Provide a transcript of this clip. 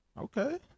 Okay